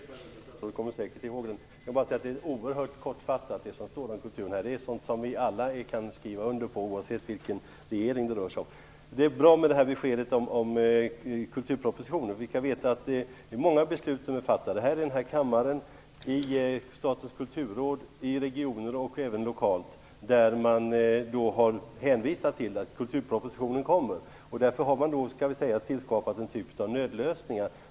Fru talman! Jag behöver kanske inte upprepa frågan, för kulturministern kommer säkert i håg den. Jag vill bara säga att det som står om kultur i regeringsdeklarationen är oerhört kortfattat. Det är sådant som vi alla kan skriva under på oavsett vilken regering det rör sig om. Det är bra med beskedet om kulturpropositionen. Vi skall veta att många beslut har fattats i denna kammare, i Statens kulturråd, i regioner och även lokalt där man har hänvisat till att kulturpropositionen kommer. Därför har man tillskapat en typ av nödlösningar.